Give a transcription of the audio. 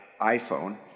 iPhone